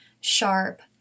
sharp